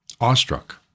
awestruck